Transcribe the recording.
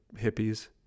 hippies